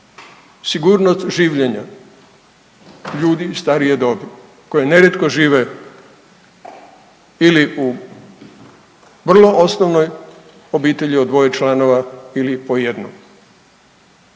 sigurnost življenja ljudi starije dobi, koji nerijetko žive ili u vrlo osnovnoj obitelji od dvoje članova ili po jedno.